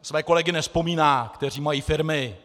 Své kolegy nevzpomíná, kteří mají firmy.